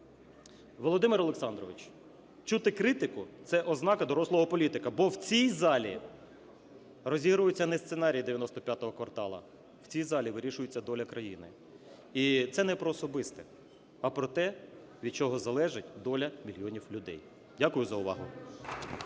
Володимире Олександровичу, чути критику – це ознака дорослого політика, бо в цій залі розігрується не сценарій "95 кварталу", в цій залі вирішується доля країни. І це не про особисте, а про те, від чого залежить доля мільйонів людей. Дякую за увагу.